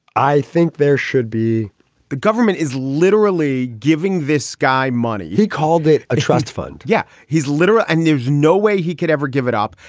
i think there should be the government is literally giving this guy money. he called it a trust fund. yeah, he's literal and there's no way he could ever give it up.